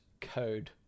code